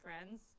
friends